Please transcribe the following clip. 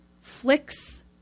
flicks